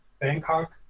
Bangkok